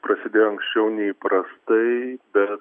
prasidėjo anksčiau nei įprastai bet